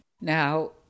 Now